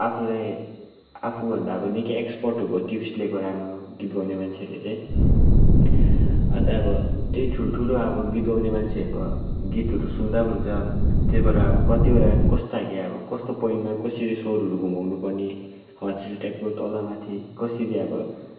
आफूलाई आफूभन्दा अब निकै एक्सपर्टहरूको टिप्स लिएको राम्रो गीत गाउने मान्छेले चाहिँ अन्त अब त्यही ठुल्ठुलो अब गीत गाउने मान्छेहरू को गीतहरू सुन्दा पनि हुन्छ त्योबाट अब कतिवटा कस्तो खालके अब कस्तो पोइन्टमा कसरी स्वरहरू घुमाउनु पर्ने हो त्यस्तो टाइपको तल माथि कसरी अब